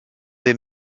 des